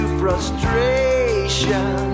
frustration